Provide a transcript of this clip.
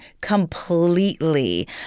completely